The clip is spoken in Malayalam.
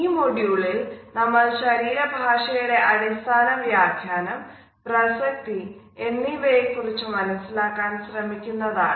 ഈ മോഡ്യൂളിൽ നമ്മൾ ശരീരഭാഷയുടെ അടിസ്ഥാന വ്യാഖ്യാനം പ്രസക്തി എന്നിവയെ കുറിച്ച് മനസ്സിലാക്കാൻ ശ്രമിക്കുന്നതാണ്